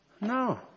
No